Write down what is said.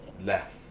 left